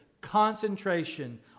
Concentration